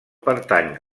pertany